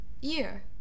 year